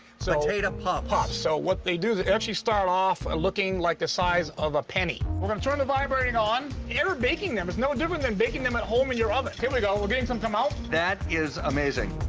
so potato puffs. puffs so what they do, they actually start off looking like the size of a penny. we're gonna turn the vibrating on. air baking them is no different than baking them at home in your oven. here we go we're getting some come out. that is amazing.